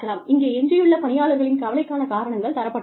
இங்கே எஞ்சியுள்ள பணியாளர்களின் கவலைக்கான காரணங்கள் தரப்பட்டுள்ளன